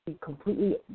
completely